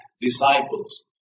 disciples